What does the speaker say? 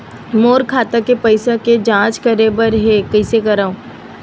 मोर खाता के पईसा के जांच करे बर हे, कइसे करंव?